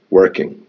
working